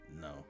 No